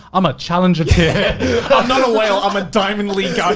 i'm a challenger here i'm not a whale, i'm a diamond league ah